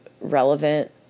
relevant